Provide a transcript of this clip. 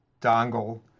dongle